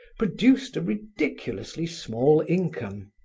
produced ridiculously small income.